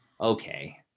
okay